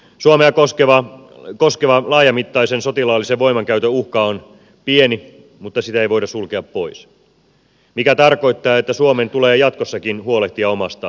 suomea koskevan laajamittaisen sotilaallisen voimankäytön uhka on pieni mutta sitä ei voida sulkea pois mikä tarkoittaa että suomen tulee jatkossakin huolehtia omasta puolustuskyvystään